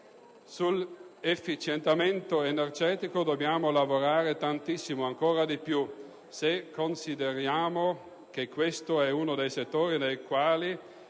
dell'efficienza energetica dobbiamo lavorare tantissimo, ancora di più, se consideriamo che questo è uno dei settori nei quali